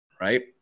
right